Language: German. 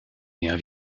eher